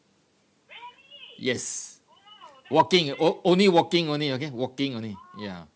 yes walking o~ only walking only okay walking only ya